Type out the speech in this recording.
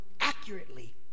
accurately